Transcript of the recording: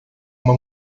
uma